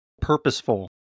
purposeful